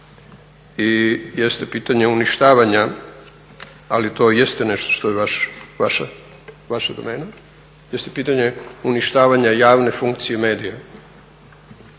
i jeste pitanje uništavanja, ali to jeste nešto što je vaša domena jeste pitanje uništavanja javne funkcije medija,